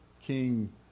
King